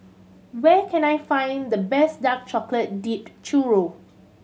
where can I find the best dark chocolate dipped churro